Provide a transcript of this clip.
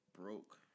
broke